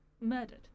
murdered